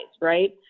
right